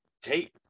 take